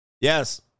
Yes